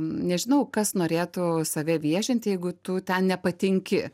nežinau kas norėtų save viešinti jeigu tu ten nepatinki